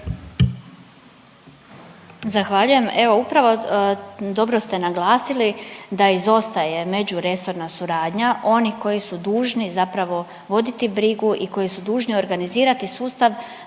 Zahvaljujem. Evo upravo dobro ste naglasili da izostaje međuresorna suradnja onih koji su dužni zapravo voditi brigu i koji su dužni organizirati sustav